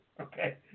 Okay